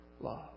love